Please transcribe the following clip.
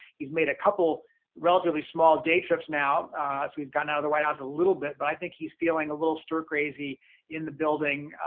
he's made a couple relatively small day trips now so he's gotten out of the white house a little bit, but i think he's feeling a little stir crazy in the building,